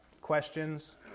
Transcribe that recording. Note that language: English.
questions